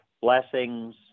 blessings